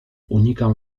unikam